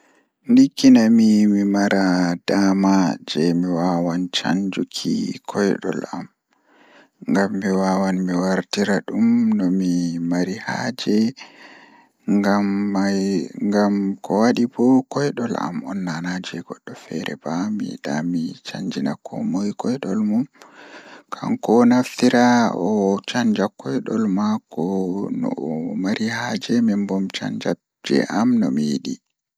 So mi waawi ɗonnoogol ko mi waɗi yimre njiiɗi mayreeji am walla yimre njiiɗi mayreeji ɓe e hoore makko, miɗo ɗonnoo yimre njiiɗi mayreeji am. Miɗo faami ko mayreeji waɗi goɗɗum moƴƴi e nguurndam, heɓde ndokkitannde e hoore. Mi waawi waɗde waɗe ngoo ɓuri heɓugol ɓe yamirde e heewta ɓurnde nder maajoje am